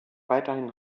weiterhin